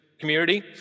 community